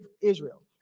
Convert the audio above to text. Israel